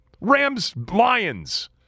Rams-Lions